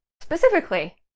specifically